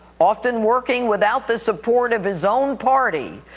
often working without the support of his own party,